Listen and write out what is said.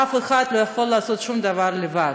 אף אחד לא יכול לעשות שום דבר לבד,